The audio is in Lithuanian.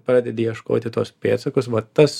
pradedi ieškoti tuos pėdsakus vat tas